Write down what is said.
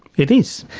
it is.